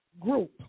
group